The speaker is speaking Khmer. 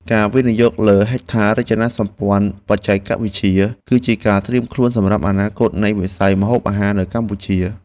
ការវិនិយោគលើហេដ្ឋារចនាសម្ព័ន្ធបច្ចេកវិទ្យា គឺជាការត្រៀមខ្លួនសម្រាប់អនាគតនៃវិស័យម្ហូបអាហារនៅកម្ពុជា។